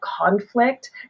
conflict